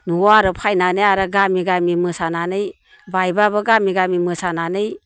न'आव आरो फैनानै आरो गामि गामि मोसानानै बायबाबो गामि गामि मोसानानै